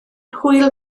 hwyl